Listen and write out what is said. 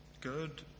good